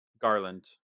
Garland